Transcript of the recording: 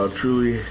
truly